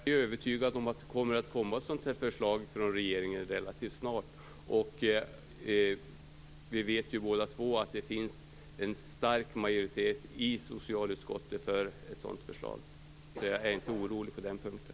Fru talman! Jag är övertygad om att det relativt snart kommer ett sådant här förslag från regeringen. Vi vet ju båda att det i socialutskottet finns en stark majoritet för ett sådant förslag. Jag är således inte orolig på den punkten.